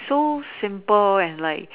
so simple and like